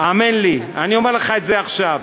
האמן לי, אני אומר לך את זה עכשיו: